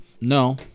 No